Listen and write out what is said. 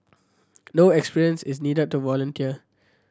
no experience is needed to volunteer